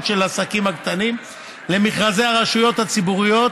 של העסקים הקטנים למכרזי הרשויות הציבוריות